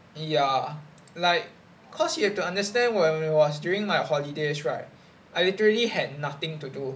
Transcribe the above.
ya like cause you have to understand when it was during my holidays right I literally had nothing to do